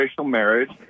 marriage